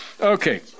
Okay